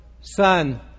Son